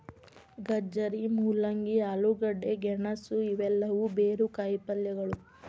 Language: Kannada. ಗಜ್ಜರಿ, ಮೂಲಂಗಿ, ಆಲೂಗಡ್ಡೆ, ಗೆಣಸು ಇವೆಲ್ಲವೂ ಬೇರು ಕಾಯಿಪಲ್ಯಗಳು